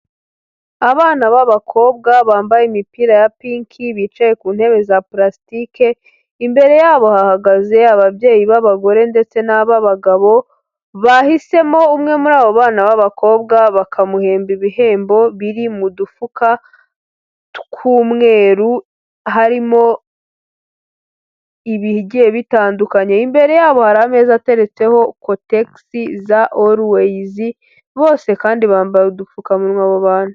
Abana b'abakobwa bambaye imipira ya pinki, bicaye ku ntebe za palastike, imbere yabo hahagaze ababyeyi b'abagore ndetse n'ab'abagabo, bahisemo umwe muri abo bana b'abakobwa bakamuhemba ibihembo biri mu dufuka tw'umweru, harimo ibigiye bitandukanye, imbere y'abo hari ameza ateretseho kotegisi za oluwayizi, bose kandi bambaye udupfukamunwa abo bantu.